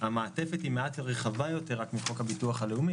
המעטפת היא מעט רחבה יותר רק מחוק הביטוח הלאומי.